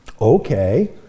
Okay